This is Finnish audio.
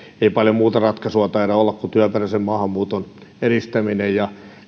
ei paljon muuta ratkaisua taida olla kuin työperäisen maahanmuuton edistäminen ja